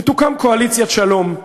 ותוקם קואליציית שלום.